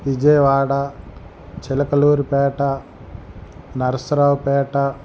Vijayawada Chilakaluripet Narasaraopet